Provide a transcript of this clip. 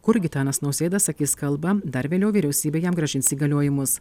kur gitanas nausėda sakys kalbą dar vėliau vyriausybė jam grąžins įgaliojimus